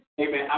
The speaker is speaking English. Amen